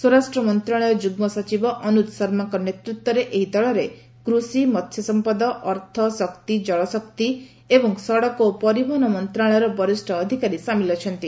ସ୍ୱରାଷ୍ଟ୍ର ମନ୍ତ୍ରଣାଳୟର ଯୁଗ୍ମ ସଚିବ ଅନୁଜ ଶର୍ମାଙ୍କ ନେତୃତ୍ୱରେ ଏହି ଦଳରେ କୃଷି ମସ୍ୟସମ୍ପଦ ଅର୍ଥ ଶକ୍ତି ଜଳଶକ୍ତି ଏବଂ ସଡ଼କ ଓ ପରିବହନ ମନ୍ତ୍ରଣାଳୟର ବରିଷ ଅଧିକାରୀ ସାମିଲ ଅଛନ୍ତି